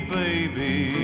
baby